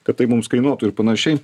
kad tai mums kainuotų ir panašiai